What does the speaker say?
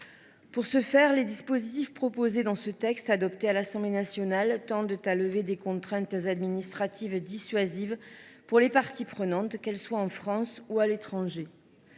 Pour ce faire, les dispositifs proposés dans le texte adopté à l’Assemblée nationale tendent à lever des contraintes administratives dissuasives pour les parties prenantes, en France ou à l’étranger.